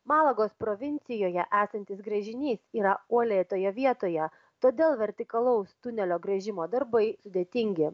malagos provincijoje esantis gręžinys yra uolėtoje vietoje todėl vertikalaus tunelio gręžimo darbai sudėtingi